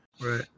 Right